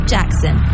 Jackson